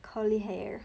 curly hair